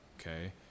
okay